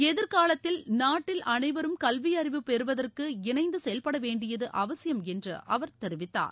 எதிர்காலத்தில் நாட்டில் அனைவரும் கல்வியறிவு பெறுவதற்கு இணைந்து செயல்படவேண்டியது அவசியம் என்று அவர் தெரிவித்தார்